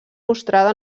mostrada